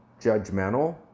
judgmental